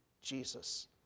Jesus